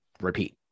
repeat